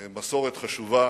מסורת חשובה